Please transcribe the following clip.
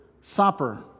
Supper